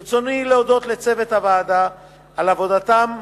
ברצוני להודות לצוות הוועדה על עבודתם,